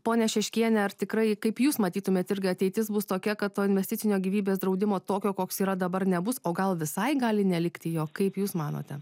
pone šeškiene ar tikrai kaip jūs matytumėt irgi ateitis bus tokia kad to investicinio gyvybės draudimo tokio koks yra dabar nebus o gal visai gali nelikti jo kaip jūs manote